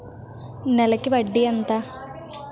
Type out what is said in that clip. నెలకి వడ్డీ ఎంత?